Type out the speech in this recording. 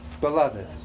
Beloved